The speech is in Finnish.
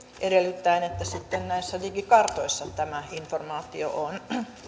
edellyttäen että sitten näissä digikartoissa tämä informaatio on